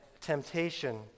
temptation